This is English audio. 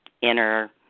inner